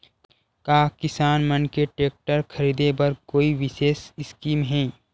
का किसान मन के टेक्टर ख़रीदे बर कोई विशेष स्कीम हे?